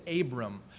Abram